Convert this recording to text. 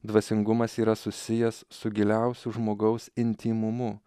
dvasingumas yra susijęs su giliausiu žmogaus intymumu